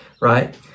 right